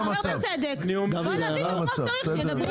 אומר בצדק, בוא נעשה את זה כמו שצריך שידברו.